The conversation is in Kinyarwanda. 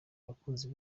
abakunzi